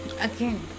again